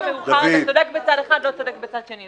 אתה צודק בצד אחד ולא צודק בצד שני.